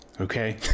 okay